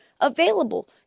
available